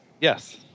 yes